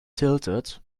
tilted